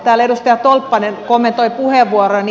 täällä edustaja tolppanen kommentoi puheenvuoroani